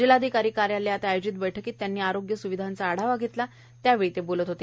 जिल्हाधिकारी कार्यालयात आयोजित बैठकीत त्यांनी आरोग्य स्विधांचा आढावा घेतला त्यावेळी ते बोलत होते